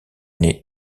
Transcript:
n’ai